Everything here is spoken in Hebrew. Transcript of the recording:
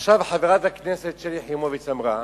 עכשיו חברת הכנסת שלי יחימוביץ אמרה: